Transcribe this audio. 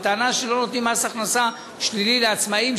הטענה היא שלא נותנים מס הכנסה שלילי לעצמאים,